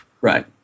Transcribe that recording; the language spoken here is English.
Right